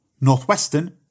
Northwestern